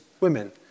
women